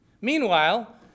Meanwhile